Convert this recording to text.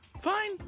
Fine